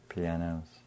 Pianos